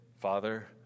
Father